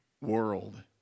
world